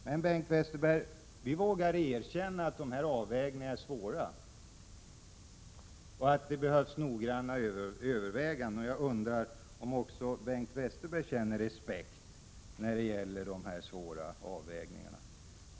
Men, Bengt Westerberg, vi vågar erkänna att det här är svåra avvägningar och att det behövs noggranna överväganden. Jag undrar om också Bengt Westerberg känner den respekten för dessa svåra avvägningar.